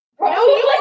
no